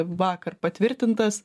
vakar patvirtintas